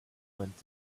went